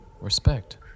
Respect